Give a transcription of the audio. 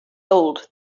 old